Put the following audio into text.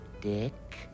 Dick